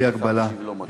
וההכנסות הגדולות שלנו,